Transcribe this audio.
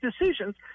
decisions